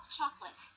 chocolate